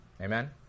Amen